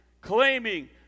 claiming